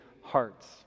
hearts